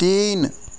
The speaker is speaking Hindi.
तीन